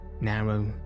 narrow